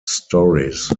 stories